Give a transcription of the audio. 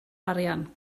arian